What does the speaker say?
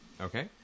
Okay